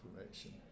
information